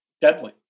deadly